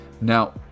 Now